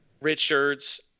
Richards